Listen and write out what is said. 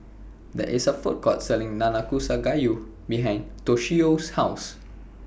There IS A Food Court Selling Nanakusa Gayu behind Toshio's House